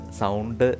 sound